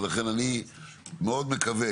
ולכן אני מאוד מקווה,